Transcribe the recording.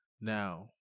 Now